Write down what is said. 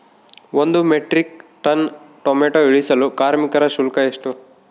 ಒಂದು metric ton tomato ಇಳಿಸಲು ಕಾರ್ಮಿಕರ ಶುಲ್ಕ ಎಷ್ಟು?